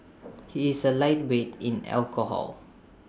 he is A lightweight in alcohol